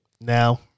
Now